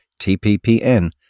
TPPN